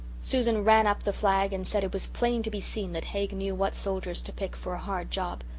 susan ran up the flag and said it was plain to be seen that haig knew what soldiers to pick for a hard job.